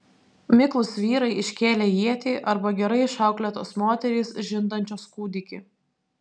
miklūs vyrai iškėlę ietį arba gerai išauklėtos moterys žindančios kūdikį